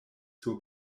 sur